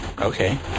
Okay